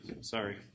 Sorry